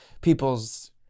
people's